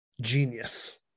genius